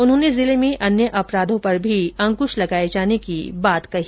उन्होंने जिले में अन्य अपराधों पर भी अंकुश लगाये जाने की बात कही